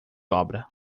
obra